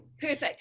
Perfect